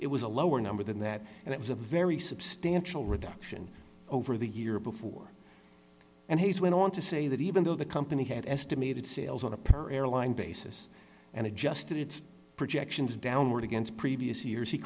it was a lower number than that and it was a very substantial reduction over the year before and he's went on to say that even though the company had estimated sales on a power airline basis and adjusted projections downward against previous years he